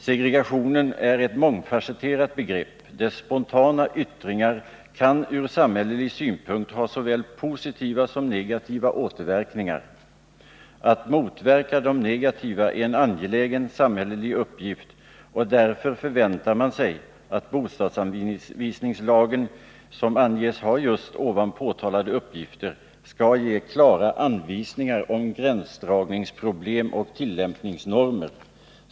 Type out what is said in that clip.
Segregationen är ett mångfasetterat begrepp, dess spontana yttringar kan från samhällelig synpunkt ha såväl positiva som negativa återverkningar. Att motverka de negativa är en angelägen samhällelig uppgift, och därför förväntar man sig att bostadsanvisningslagen, som anges ha just ovan påtalade uppgift, skall ge klara anvisningar om gränsdragningsproblem och tillämpningsnormer.